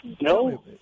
No